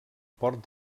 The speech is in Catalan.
port